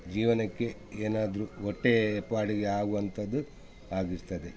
ಜೀವನಕ್ಕೆ ಏನಾದ್ರೂ ಹೊಟ್ಟೇ ಪಾಡಿಗೆ ಆಗುವಂಥದ್ದು ಆಗಿರ್ತದೆ